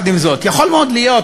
יכול מאוד להיות,